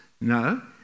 No